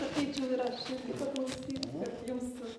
ateičiau ir aš irgi paklausyt kad jums tų